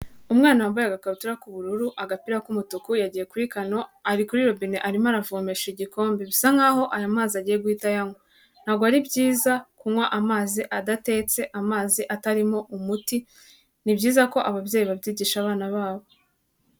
Umwana wambaye agakabutura k'ubururu, agapira k'umutuku yagiye kuri kano ari kuri robine arimo aravomesha igikombe, bisa nka ho aya mazi agiye guhita ayanywa ntabwo ari byiza kunywa amazi adatetse, amazi atarimo umuti ni byiza ko ababyeyi babyigisha abana babo.